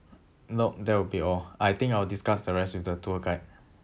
nope that will be all I think I'll discuss the rest with the tour guide